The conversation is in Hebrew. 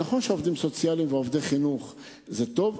נכון שעובדים סוציאליים ועובדי חינוך זה טוב,